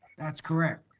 that's correct.